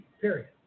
Period